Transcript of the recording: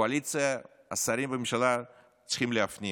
הקואליציה והשרים בממשלה צריכים להפנים: